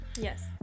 Yes